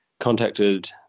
contacted